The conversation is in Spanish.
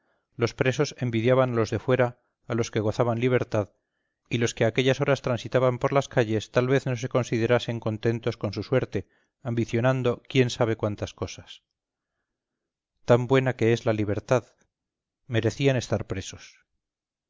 los presos envidiaban a los de fuera a los que gozaban libertad y los que a aquellas horas transitaban por las calles tal vez no se considerasen contentos con su suerte ambicionando quién sabe cuántas cosas tan buena que es la libertad merecían estar presos